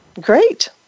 great